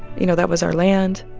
you know, that was our land,